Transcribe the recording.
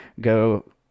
go